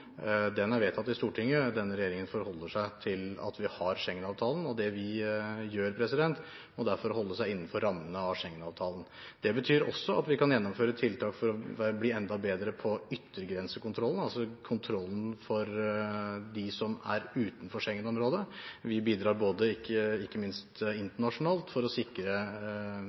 Den er vedtatt i Stortinget. Denne regjeringen forholder seg til at vi har Schengen-avtalen, og det vi gjør, er derfor å holde oss innenfor rammene av Schengen-avtalen. Det betyr også at vi kan gjennomføre tiltak for å bli enda bedre på yttergrensekontrollen, altså kontrollen av dem som er utenfor Schengen-området. Vi bidrar ikke minst internasjonalt for å sikre